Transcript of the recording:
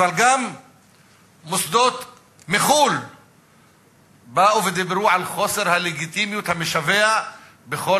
אבל גם מוסדות מחו"ל באו ודיברו על חוסר הלגיטימיות המשווע בכל